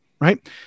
right